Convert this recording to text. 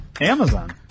Amazon